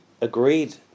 agreed